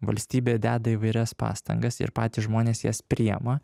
valstybė deda įvairias pastangas ir patys žmonės jas priema